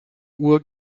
uhr